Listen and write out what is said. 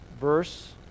verse